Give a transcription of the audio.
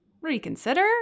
reconsider